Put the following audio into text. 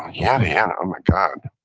yada yada, oh, my god.